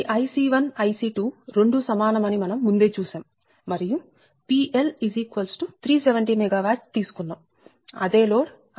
పరిష్కారం ఈ IC1 IC2 రెండూ సమానమ ని మనం ముందే చూసాము మరియు PL 370 MW తీసుకున్నాము అదే లోడ్ అదే సమాచారం